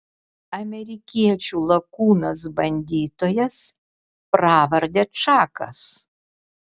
amerikiečių lakūnas bandytojas pravarde čakas